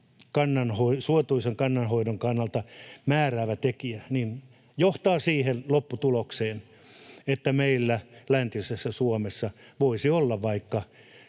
suotuisan kannanhoidon kannalta määräävä tekijä, se johtaa siihen lopputulokseen, että meillä läntisessä Suomessa voisi olla vaikka